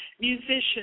musicians